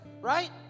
right